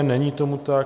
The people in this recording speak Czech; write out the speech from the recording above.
Není tomu tak.